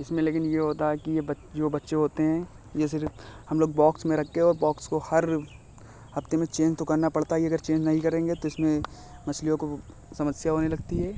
इसमें लेकिन यह होता है कि यह जो बच्चे होते हैं जैसे रख हम लोग बॉक्स में रखकर और बॉक्स को हर हफ़्ते में चेंज तो करना पड़ता ही है अगर चेंज नहीं करेंगे तो इसमें मछलियों को समस्या होने लगती है